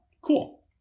Cool